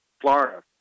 Florida